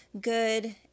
good